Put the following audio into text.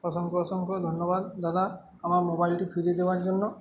অসংখ্য অসংখ্য ধন্যবাদ দাদা আমার মোবাইলটি ফিরিয়ে দেওয়ার জন্য